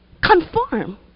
conform